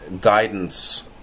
guidance